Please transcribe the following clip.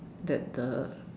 that the